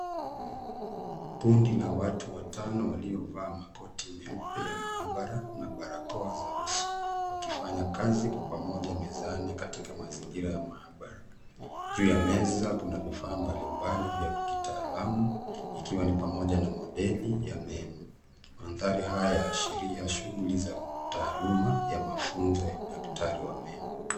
Kundi la watu watano waliovaa makoti meupe ya maabara na barakoa za uso wakifanya kazi kwa pamoja mezani katika mazingira ya maabara. Juu ya meza, kuna vifaa mbalimbali vya kitaalamu ikiwa ni pamoja na motheli ya meno. Mandhari haya yaashiria shughuli za taaluma ya mafunzo ya udaktari wa meno.